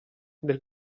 del